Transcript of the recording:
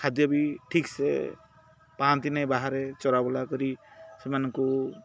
ଖାଦ୍ୟ ବି ଠିକ୍ ସେ ପାଆନ୍ତି ନାହିଁ ବାହାରେ ଚରା ବୁଲା କରି ସେମାନଙ୍କୁ